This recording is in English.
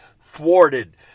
thwarted